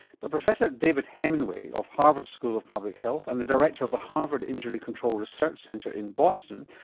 but professor david hemenway of harvard school of public health and the director of the harvard injury control research center in boston,